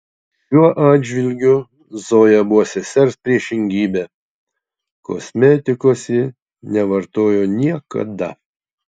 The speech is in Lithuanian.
šiuo atžvilgiu zoja buvo sesers priešingybė kosmetikos ji nevartojo niekada